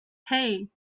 hey